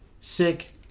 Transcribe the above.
Sick